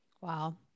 Wow